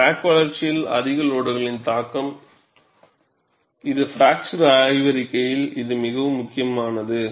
crack வளர்ச்சியில் அதிக லோடுகளின் தாக்கம் இது பிராக்சர் ஆய்வறிக்கையில் இது மிகவும் முக்கியமானது